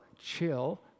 chill